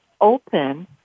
open